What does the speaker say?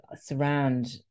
surround